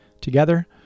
Together